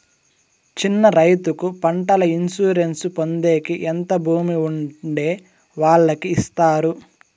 చిన్న రైతుకు పంటల ఇన్సూరెన్సు పొందేకి ఎంత భూమి ఉండే వాళ్ళకి ఇస్తారు?